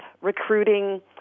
recruiting